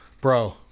bro